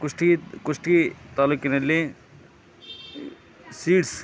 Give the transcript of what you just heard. ಕುಷ್ಟಗಿ ಕುಷ್ಟಗಿ ತಾಲ್ಲೂಕಿನಲ್ಲಿ ಸೀಡ್ಸ್